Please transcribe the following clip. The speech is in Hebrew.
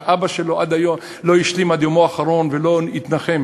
שהאבא שלו לא השלים עד יומו האחרון ולא התנחם,